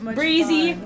breezy